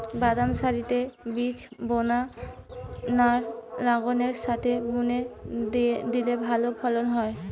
বাদাম সারিতে বীজ বোনা না লাঙ্গলের সাথে বুনে দিলে ভালো ফলন হয়?